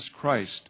Christ